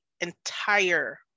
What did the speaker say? entire